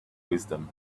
wisdom